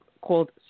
called